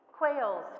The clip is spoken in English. quails